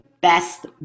best